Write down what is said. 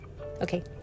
Okay